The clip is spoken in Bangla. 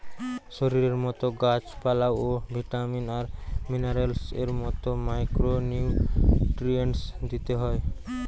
শরীরের মতো গাছ পালায় ও ভিটামিন আর মিনারেলস এর মতো মাইক্রো নিউট্রিয়েন্টস দিতে হয়